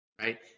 right